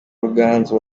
ruganzu